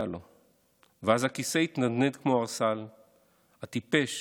לו/ ואז הכיסא התנדנד כמו ערסל,/ הטיפש